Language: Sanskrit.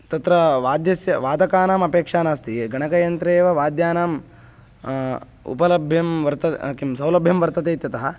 तत्र वाद्यस्य वादकानाम् अपेक्षा नास्ति गणकयन्त्रे एव वाद्यानां उपलभ्यं वर्तते किं सौलभ्यं वर्तते इत्यतः